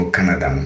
Canada